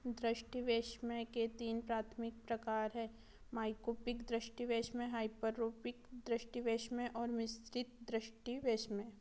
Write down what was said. दृष्टिवैषम्य के तीन प्राथमिक प्रकार हैं माइकोपिक दृष्टिवैषम्य हाइपरोपिक दृष्टिवैषम्य और मिश्रित दृष्टिवैषम्य